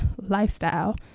lifestyle